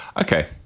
Okay